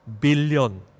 billion